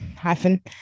hyphen